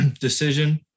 decision